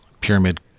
pyramid